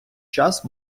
час